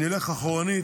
נלך אחורנית,